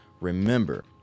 remember